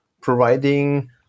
providing